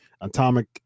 Atomic